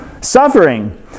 Suffering